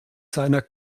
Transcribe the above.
seiner